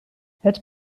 het